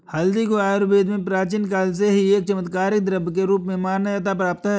हल्दी को आयुर्वेद में प्राचीन काल से ही एक चमत्कारिक द्रव्य के रूप में मान्यता प्राप्त है